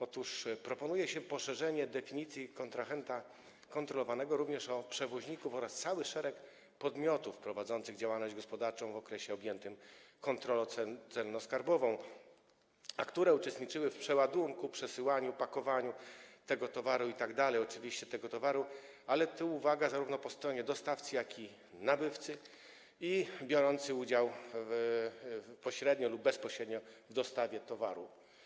Otóż proponuje się poszerzenie definicji kontrahenta kontrolowanego o przewoźników oraz cały szereg podmiotów prowadzących działalność gospodarczą w okresie objętym kontrolą celno-skarbową, które uczestniczyły w przeładunku, przesyłaniu, pakowaniu tego towaru itd., uwaga, zarówno po stronie dostawcy, jak i nabywcy, biorących udział pośrednio lub bezpośrednio w dostawie towaru.